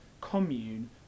commune